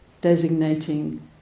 designating